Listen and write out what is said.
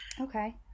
Okay